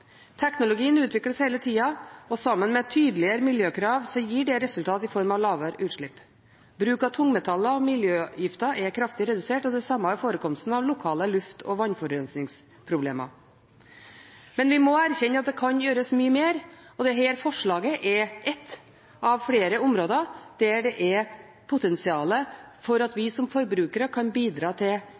Teknologien utvikles hele tida, og sammen med tydeligere miljøkrav gir det resultater i form av lavere utslipp. Bruk av tungmetaller og miljøgifter er kraftig redusert, og det samme er forekomsten av lokale luft- og vannforurensningsproblemer. Men vi må erkjenne at det kan gjøres mye mer, og dette forslaget er ett av flere områder der det er potensial for at vi som forbrukere kan bidra til